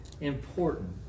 important